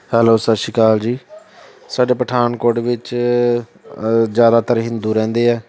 hello ਸਤਿ ਸ਼੍ਰੀ ਅਕਾਲ ਜੀ ਸਾਡੇ ਪਠਾਨਕੋਟ ਵਿੱਚ ਜ਼ਿਆਦਾਤਰ ਹਿੰਦੂ ਰਹਿੰਦੇ ਆ